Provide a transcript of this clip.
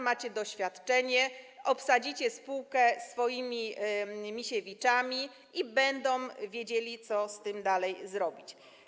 Macie doświadczenie, obsadzicie spółkę swoimi Misiewiczami, którzy będą wiedzieli, co z tym dalej zrobić.